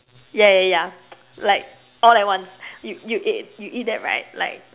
yeah yeah yeah like all at once you you eat you eat that right like